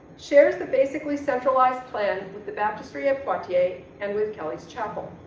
shares the basically centralized plan with the baptistery at poitiers and with kelly's chapel.